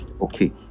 okay